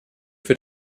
wird